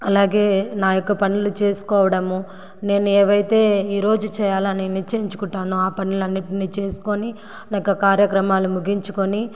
అలాగే నా యొక్క పనులు చేసుకోవడము నేను ఏవైతే ఈ రోజు చేయాలని నిశ్చయించుకుంటానో ఆ పనులన్నిటిని చేసుకొని నా యొక్క కార్యక్రమాలు ముగించుకొని